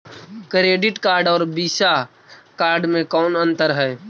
Credit card और Visa card मे कौन अन्तर है?